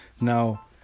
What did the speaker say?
Now